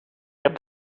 heb